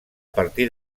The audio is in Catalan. partir